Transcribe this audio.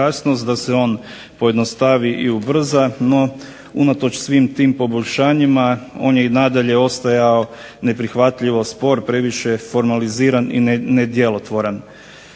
da se on pojednostavi i ubrza. No, unatoč svim tim poboljšanjima on je i nadalje ostajao neprihvatljivo spor, previše formaliziran i nedjelotvoran.